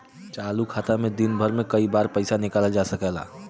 चालू खाता में दिन भर में कई बार पइसा निकालल जा सकल जाला